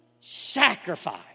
sacrifice